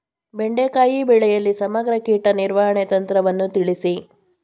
ಬೆಂಡೆಕಾಯಿ ಬೆಳೆಯಲ್ಲಿ ಸಮಗ್ರ ಕೀಟ ನಿರ್ವಹಣೆ ತಂತ್ರವನ್ನು ತಿಳಿಸಿ?